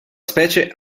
specie